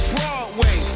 Broadway